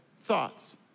thoughts